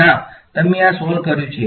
ના તમે આ સોલ્વ કર્યું છે